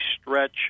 stretch